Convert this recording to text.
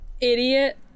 Idiot